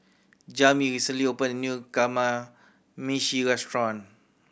Jami recently opened a new Kamameshi Restaurant